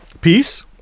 Peace